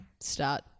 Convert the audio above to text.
start –